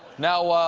now,